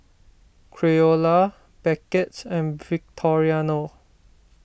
Creola Beckett and Victoriano